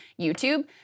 YouTube